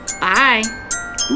Bye